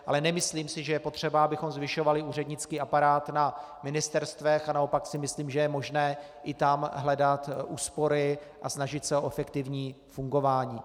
Ale nemyslím si, že je potřeba, abychom zvyšovali úřednický aparát na ministerstvech, a naopak si myslím, že je možné i tam hledat úspory a snažit se o efektivní fungování.